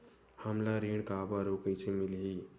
हमला ऋण काबर अउ कइसे मिलही?